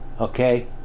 Okay